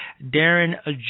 Darren